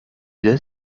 did